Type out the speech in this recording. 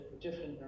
different